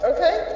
Okay